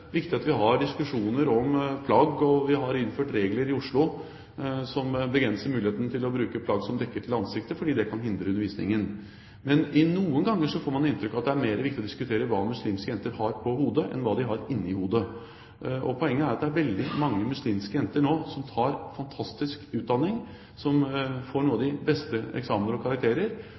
har diskusjoner om plagg, og vi har innført regler i Oslo som begrenser muligheten til å bruke plagg som dekker til ansiktet, fordi det kan hindre undervisningen. Men noen ganger får man inntrykk av at det er mer viktig å diskutere hva muslimske jenter har på hodet, enn hva de har inni hodet. Poenget er at det nå er veldig mange muslimske jenter som tar fantastisk utdanning, som får noen av de beste eksamener og karakterer,